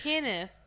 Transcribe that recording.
Kenneth